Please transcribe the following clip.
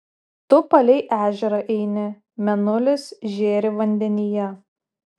tu palei ežerą eini mėnulis žėri vandenyje